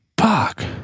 Fuck